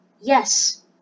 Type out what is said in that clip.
Yes